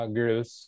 girls